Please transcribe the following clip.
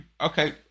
Okay